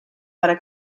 para